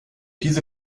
diese